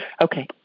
Okay